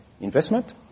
investment